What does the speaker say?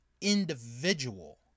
individual